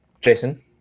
Jason